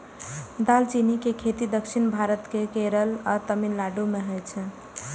दालचीनी के खेती दक्षिण भारत केर केरल आ तमिलनाडु मे होइ छै